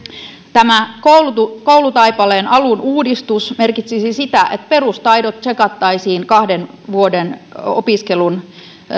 tämä koulutaipaleen alun uudistus merkitsisi sitä että perustaidot tsekattaisiin kahden vuoden opiskelun